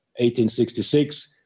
1866